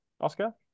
Oscar